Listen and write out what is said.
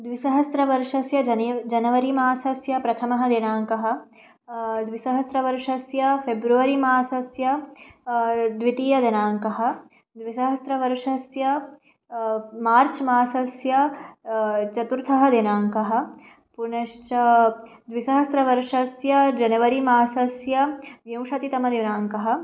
द्विसहस्रर्षस्य जने जनवरी मासस्य प्रथमः दिनाङ्कः द्विसहस्रवर्षस्य फ़ेब्रवरी मासस्य द्वितीयदिनाङ्कः द्विसहस्रवर्षस्य मार्च् मासस्य चतुर्थः दिनाङ्कः पुनश्च द्विसहस्रवर्षस्य जनवरी मासस्य विंशतितमदिनाङ्कः